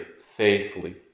faithfully